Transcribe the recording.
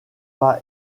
pas